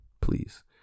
please